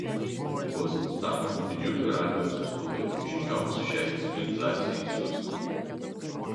bus statomi didžiuliai radijo siųstuvai žinioms šiai civilizacijai siųsti